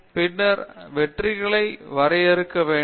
பின்னர் வெற்றிகளை வரையறுக்க வேண்டும்